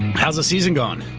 how's the season going?